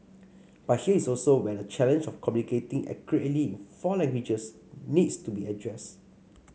but here is also where the challenge of communicating accurately four languages needs to be addressed